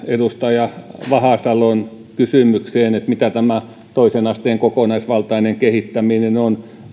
edustaja andersson edustaja vahasalon kysymykseen mitä tämä toisen asteen kokonaisvaltainen kehittäminen on